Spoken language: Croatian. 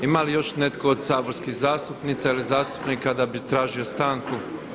Ima li još netko od saborskih zastupnika ili zastupnika da bi tražio stanku?